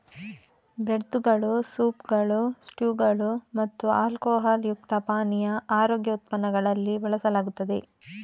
ಬ್ರೆಡ್ದುಗಳು, ಸೂಪ್ಗಳು, ಸ್ಟ್ಯೂಗಳು ಮತ್ತು ಆಲ್ಕೊಹಾಲ್ ಯುಕ್ತ ಪಾನೀಯ ಆರೋಗ್ಯ ಉತ್ಪನ್ನಗಳಲ್ಲಿ ಬಳಸಲಾಗುತ್ತದೆ